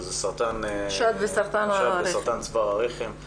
שזה סרטן השד וסרטן צוואר הרחם,